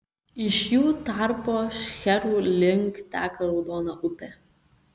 iš jų tarpo šcherų link teka raudona upė